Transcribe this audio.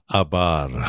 abar